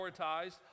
prioritized